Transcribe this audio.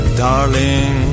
darling